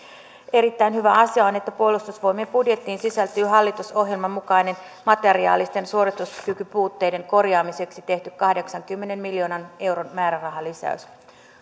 erittäin hyvä asia on että puolustusvoimien budjettiin sisältyy hallitusohjelman mukainen materiaalisten suorituskykypuutteiden korjaamiseksi tehty kahdeksankymmenen miljoonan euron määrärahalisäys